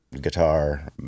guitar